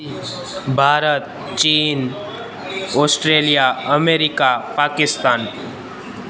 भारत चीन Australia America Pakistan